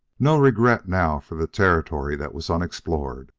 no regret now for the territory that was unexplored.